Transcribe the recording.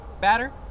Batter